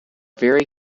very